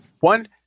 One